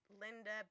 Linda